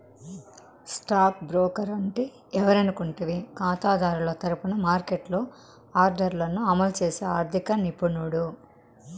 stock broker అంటే ఎవరనుకుంటివి కాతాదారుల తరపున మార్కెట్లో ఆర్డర్లను అమలు చేసి ఆర్థిక నిపుణుడు